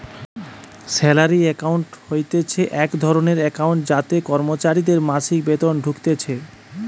salary account হতিছে এক ধরণের একাউন্ট যাতে কর্মচারীদের মাসিক বেতন ঢুকতিছে